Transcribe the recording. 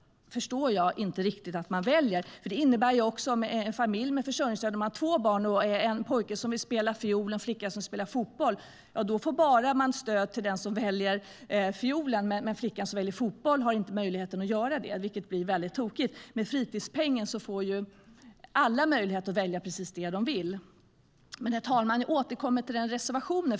För en familj med försörjningsstöd som har två barn, en pojke som vill spela fiol och en flicka som spelar fotboll, innebär det att de får stöd bara för den som väljer fiolen. Flickan som väljer fotboll har ingen möjlighet att få stöd, vilket blir väldigt tokigt. Med fritidspengen får alla möjlighet att välja det de vill. Herr talman! Jag återkommer nu till vår reservation.